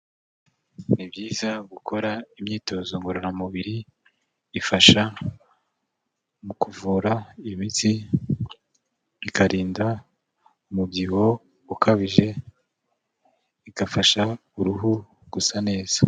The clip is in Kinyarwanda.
Ni byiza gukora imyitozo ngororamubiri, ifasha mu kuvura imitsi ikarinda imitsi, ikarinda umubyibuho ukabije, igafasha uruhu gusa neza.